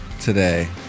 today